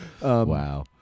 Wow